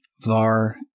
var